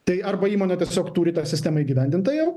tai arba įmonė tiesiog turi tą sistemą įgyvendintą jau